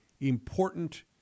important